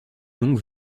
longue